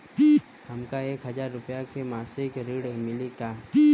हमका एक हज़ार रूपया के मासिक ऋण मिली का?